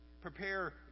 prepare